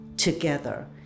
together